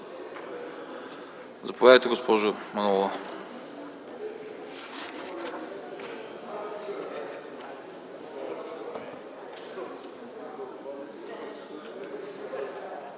Заповядайте, госпожо Манолова.